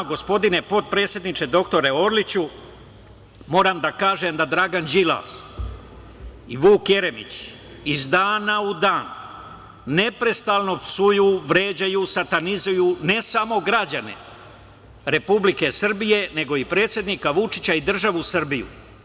Gospodine potpredsedniče, doktore Orliću moram da kažem da Dragan Đilas i Vuk Jeremić iz dana u dan neprestano psuju, vređaju, satanizuju ne samo građane Republike Srbije, nego i predsednika Vučića i državu Srbiju.